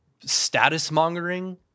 status-mongering